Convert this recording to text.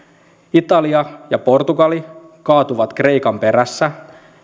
italia ja portugali kaatuvat kreikan perässä